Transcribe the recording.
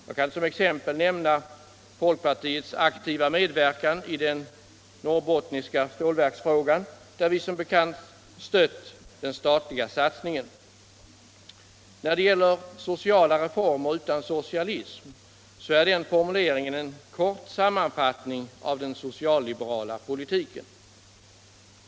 Jag kan som exempel nämna folkpartiets aktiva medverkan i frågan om det norrbottniska stålverket, där vi har stött den statliga satsningen. Sociala reformer utan socialism är en formulering som skall ge en kort sammanfattning av den social-liberala politiken.